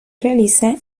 realiza